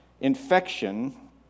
infection